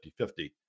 5050